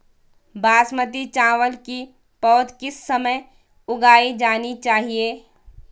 बासमती चावल की पौध किस समय उगाई जानी चाहिये?